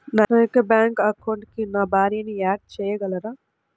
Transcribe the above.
నా యొక్క బ్యాంక్ అకౌంట్కి నా భార్యని యాడ్ చేయగలరా?